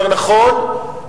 יותר נכון,